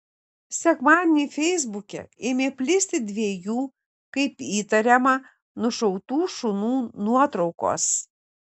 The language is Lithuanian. sekmadienį feisbuke ėmė plisti dviejų kaip įtariama nušautų šunų nuotraukos